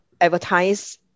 advertise